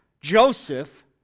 Joseph